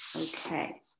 okay